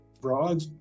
broad